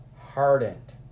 hardened